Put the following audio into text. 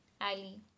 Ali